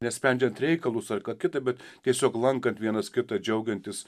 ne sprendžiant reikalus ar ką kitą bet tiesiog lankant vienas kitą džiaugiantis